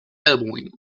elbowing